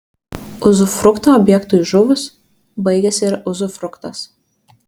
uzufrukto objektui žuvus baigiasi ir uzufruktas